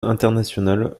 internationale